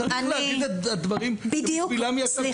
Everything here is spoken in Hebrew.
צריך להגיד את הדברים --- סליחה,